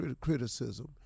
criticism